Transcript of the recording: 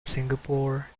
singapore